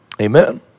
Amen